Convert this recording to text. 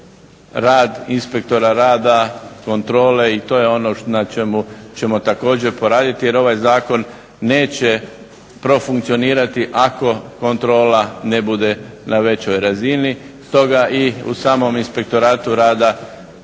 rad inspektora rada, kontrole. I to je ono na čemu ćemo također raditi jer ovaj zakon neće profunkcionirati ako kontrola ne bude na većoj razini. Stoga i u samom inspektoratu rada